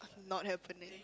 not happening